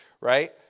right